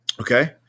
Okay